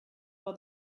for